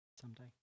someday